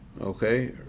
Okay